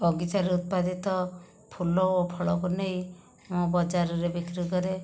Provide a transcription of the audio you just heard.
ବଗିଚାରେ ଉତ୍ପାଦିତ ଫୁଲ ଓ ଫଳକୁ ନେଇ ମୁଁ ବଜାରରେ ବିକ୍ରି କରେ